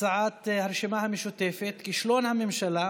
הצעת הרשימה המשותפת: כישלון הממשלה